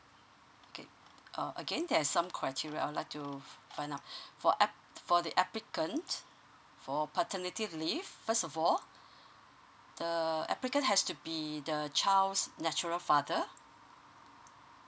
okay uh again there's some criteria I would like to find out for app~ for the applicant for paternity leave first of all the applicant has to be the child's natural father